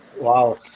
Wow